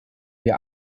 wir